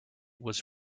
was